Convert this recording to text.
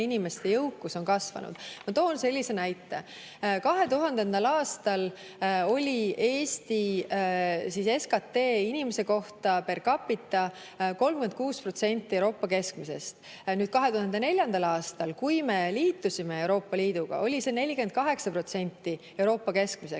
inimeste jõukus on kasvanud. Ma toon sellise näite. 2000. aastal oli Eesti SKTper capita36% Euroopa keskmisest. 2004. aastal, kui me liitusime Euroopa Liiduga, oli see 48% Euroopa keskmisest.